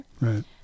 Right